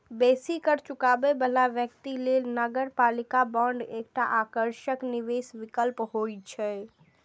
बेसी कर चुकाबै बला व्यक्ति लेल नगरपालिका बांड एकटा आकर्षक निवेश विकल्प होइ छै